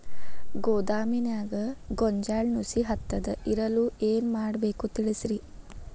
ಗೋದಾಮಿನ್ಯಾಗ ಗೋಂಜಾಳ ನುಸಿ ಹತ್ತದೇ ಇರಲು ಏನು ಮಾಡಬೇಕು ತಿಳಸ್ರಿ